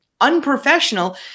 unprofessional